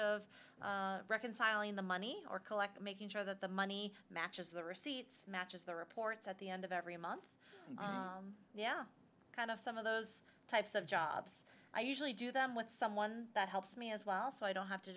of reconciling the money or collect making sure that the money matches the receipts matches the reports at the end of every month and yeah kind of some of those types of jobs i usually do them with someone that helps me as well so i don't have to